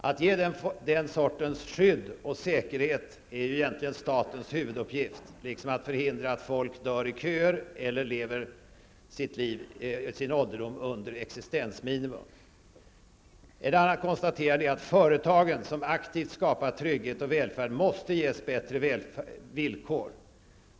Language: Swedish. Att ge den sortens skydd och säkerhet är egentligen statens huvuduppgift, liksom att förhindra att folk dör i köer eller lever sin ålderdom under existensminimum. Ett annat konstaterande är att företagen, som aktivt skapar trygghet och välfärd, måste ges bättre villkor.